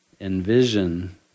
envision